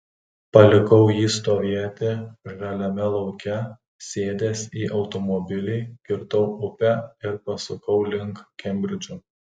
palikau jį stovėti žaliame lauke sėdęs į automobilį kirtau upę ir pasukau link kembridžo